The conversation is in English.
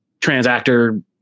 Transactor